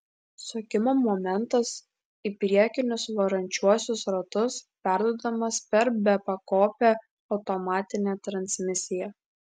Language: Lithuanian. sukimo momentas į priekinius varančiuosius ratus perduodamas per bepakopę automatinę transmisiją